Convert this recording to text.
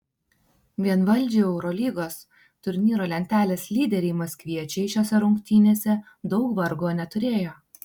vienvaldžiai eurolygos turnyro lentelės lyderiai maskviečiai šiose rungtynėse daug vargo neturėjo